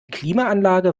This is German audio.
klimaanlage